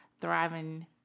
thriving